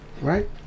right